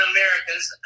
Americans